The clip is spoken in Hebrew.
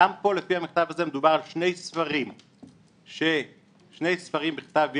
גם פה לפי המכתב הזה מדובר על שני ספרים בכתב יד,